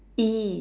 !ee!